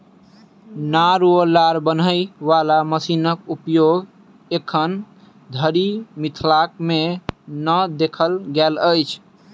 नार वा लार बान्हय बाला मशीनक उपयोग एखन धरि मिथिला मे नै देखल गेल अछि